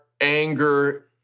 anger